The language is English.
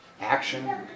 action